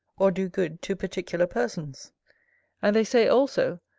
or do good to particular persons and they say also,